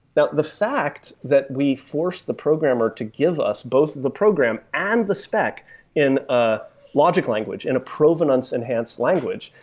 the the fact that we force the programmer to give us both the program and the spec in a logic language, in a provenance enhanced language,